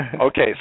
okay